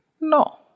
No